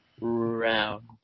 Round